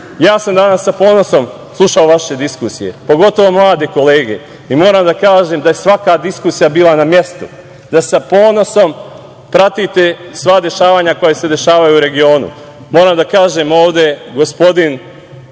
sam sa ponosom slušao vaše diskusije, pogotovo mlade kolege, i moram da kažem da je svaka diskusija bila na mestu, da sa ponosom pratite sva dešavanja koja se dešavaju u regionu. Moram da kažem ovde, gospodin